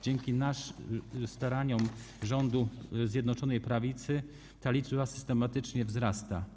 Dzięki staraniom rządu Zjednoczonej Prawicy ta liczba systematycznie wzrasta.